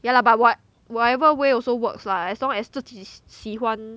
yeah lah but what whatever way also works lah as long as 自己喜欢